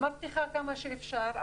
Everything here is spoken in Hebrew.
מבטיחה כמה שאפשר,